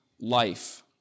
life